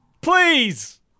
Please